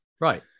Right